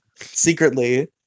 secretly